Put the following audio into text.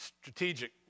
Strategic